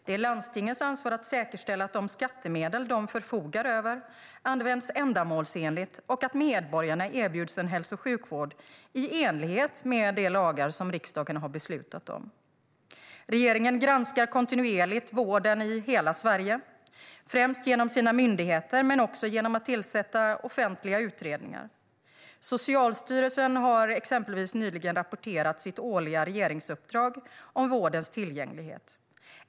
Det är landstingens ansvar att säkerställa att de skattemedel de förfogar över används ändamålsenligt och att medborgarna erbjuds en hälso och sjukvård i enlighet med de lagar som riksdagen har beslutat om. Regeringen granskar kontinuerligt vården i hela Sverige, främst genom sina myndigheter men också genom att tillsätta offentliga utredningar. Socialstyrelsen har exempelvis nyligen rapporterat sitt årliga regeringsuppdrag om vårdens tillgänglighet.